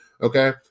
okay